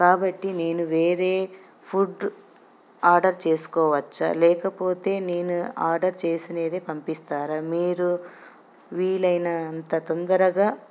కాబట్టి నేను వేరే ఫుడ్ ఆర్డర్ చేసుకోవచ్చా లేకపోతే నేను ఆర్డర్ చేసినది పంపిస్తారా మీరు వీలైన అంత తొందరగా